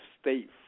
state